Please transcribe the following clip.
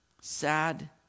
Sad